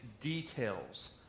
details